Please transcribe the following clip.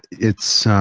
it's,